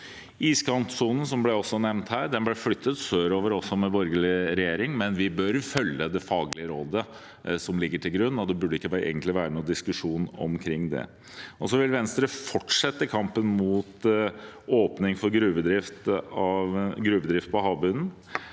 Iskantsonen, som ble nevnt her, ble flyttet sørover med borgerlig regjering, men vi bør følge det faglige rådet som ligger til grunn, og det burde egentlig ikke være noen diskusjon omkring det. Og så vil Venstre fortsette kampen mot en åpning for gruvedrift på havbunnen.